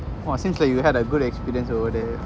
!wah! seems like you had a good experience over there